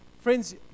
friends